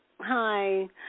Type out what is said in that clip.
Hi